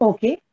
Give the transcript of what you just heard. Okay